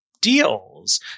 deals